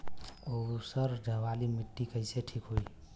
ऊसर वाली मिट्टी कईसे ठीक होई?